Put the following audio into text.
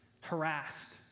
harassed